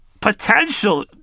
Potential